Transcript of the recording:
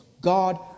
God